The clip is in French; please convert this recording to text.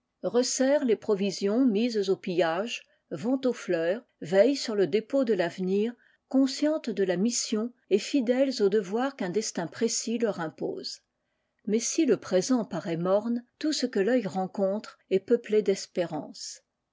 resserrent les provisions mises au pillage vont aux fleurs veillent sur le dépôt de l'avenir conscientes delà mission et fidèles au devoir qu'un destin précis leur impose mais si le présent paraît morne tout ce que toeil rencontre est peuplé d'espérances